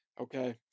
okay